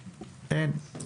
אין.